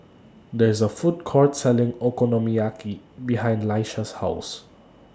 There IS A Food Court Selling Okonomiyaki behind Laisha's House